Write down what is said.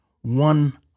one